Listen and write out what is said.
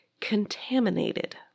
contaminated